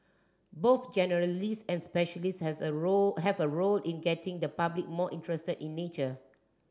both generalist and specialist has a role have a role in getting the public more interested in nature